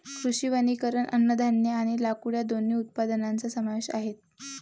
कृषी वनीकरण अन्नधान्य आणि लाकूड या दोन्ही उत्पादनांचा समावेश आहे